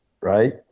right